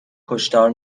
کشتار